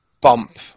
bump